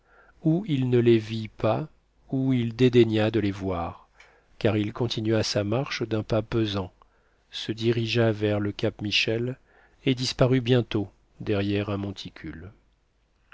ou il ne les vit pas ou il dédaigna de les voir car il continua sa marche d'un pas pesant se dirigea vers le cap michel et disparut bientôt derrière un monticule